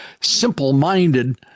simple-minded